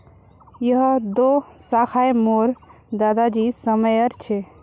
यह दो शाखए मोर दादा जी समयर छे